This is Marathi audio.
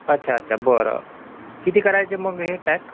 अच्छा अच्छा बरं किती करायचे मग हे पॅक